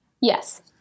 Yes